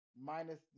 minus